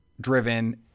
driven